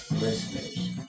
Listeners